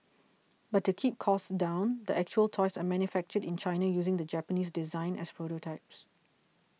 but to keep costs down the actual toys are manufactured in China using the Japanese design as a prototype